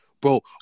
Bro